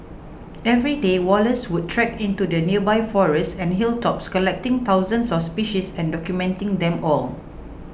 every day Wallace would trek into the nearby forests and hilltops collecting thousands of species and documenting them all